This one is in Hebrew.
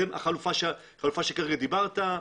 זו החלופה עליה דיברנו כרגע,